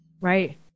right